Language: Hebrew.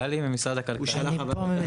גלי ממשרד הכלכלה באה.